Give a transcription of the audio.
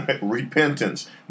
repentance